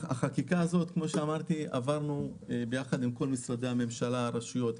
בחקיקה הזאת עבדנו יחד עם כל משרדי הממשלה והרשויות: